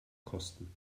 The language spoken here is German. kosten